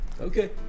okay